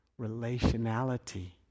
relationality